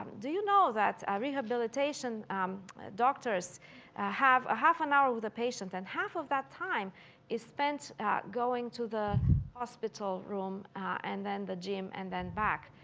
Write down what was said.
do you know that rehabilitation doctors have a half an hour with a patient and half of that time is spent going to the hospital room and then the gym and then back.